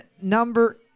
number